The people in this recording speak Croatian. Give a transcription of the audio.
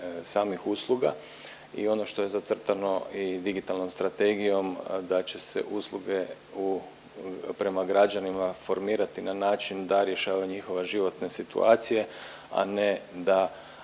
samih usluga i ono što je zacrtano i digitalnom strategijom da će se usluge prema građanima formirati na način da rješava njihove životne situacije, a ne da